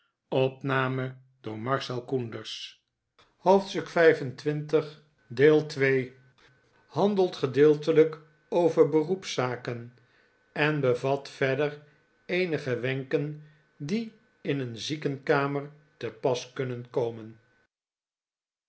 hoofdstuk xxv handelt gedeeltelijk over beroepszaken en bevat verder eenige wenken die in een ziekenkamer te pas kunnen komen